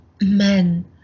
men